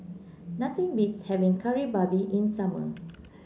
nothing beats having Kari Babi in summer